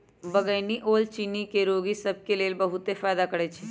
बइगनी ओल चिन्नी के रोगि सभ के लेल बहुते फायदा करै छइ